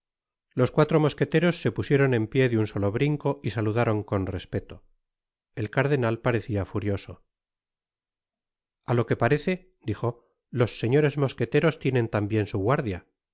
los cuatro mosqueteros se pusieron en pié de un solo brinco y saludaron oob respeto i i h vv i el cardenal parecia estar furioso content from google book search generated at bi a k que parece dijo los señores mosqueteros tienen tamhien su guardia es